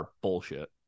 bullshit